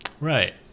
right